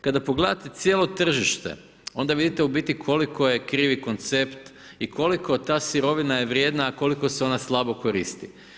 Kada pogledate cijelo tržište, onda vidite u biti koliko je krivi koncept i koliko ta sirovina je vrijedna, a koliko se ona slabo koristi.